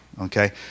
okay